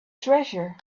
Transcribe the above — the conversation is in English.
treasure